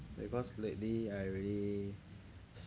because lately I